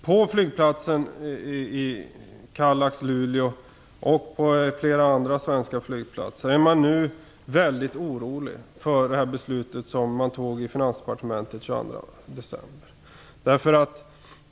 På flygplatsen i Luleå-Kallax och på flera andra svenska flygplatser är man nu mycket orolig över det beslut som fattades i Finansdepartementet den 22 december.